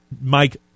Mike